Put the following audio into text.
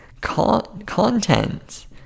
content